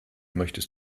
möchtest